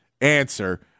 answer